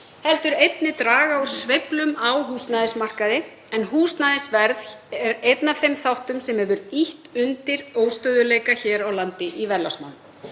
heldur einnig draga úr sveiflum á húsnæðismarkaði, en húsnæðisverð er einn af þeim þáttum sem hefur ýtt undir óstöðugleika hér í verðlagsmálum.